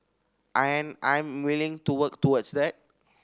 and I am willing to work towards that